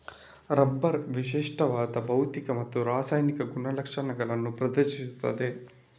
rubber ವಿಶಿಷ್ಟವಾದ ಭೌತಿಕ ಮತ್ತು ರಾಸಾಯನಿಕ ಗುಣಲಕ್ಷಣಗಳನ್ನು ಪ್ರದರ್ಶಿಸುತ್ತದೆ